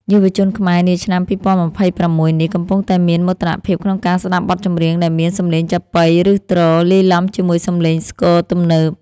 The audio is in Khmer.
យុវជនខ្មែរនាឆ្នាំ ២០២៦ នេះ កំពុងតែមានមោទនភាពក្នុងការស្តាប់បទចម្រៀងដែលមានសំឡេងចាប៉ី ឬទ្រ លាយឡំជាមួយសំឡេងស្គរទំនើប។